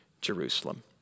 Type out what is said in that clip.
Jerusalem